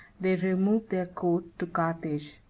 they removed their court to carthage.